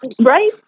Right